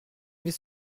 mais